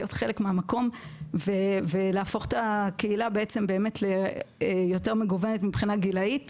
להיות חלק מהמקום ולהפוך את הקהילה ליותר מגוונת מבחינה גילאית